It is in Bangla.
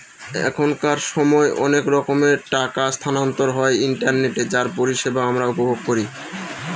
এখনকার সময় অনেক রকমের টাকা স্থানান্তর হয় ইন্টারনেটে যার পরিষেবা আমরা উপভোগ করি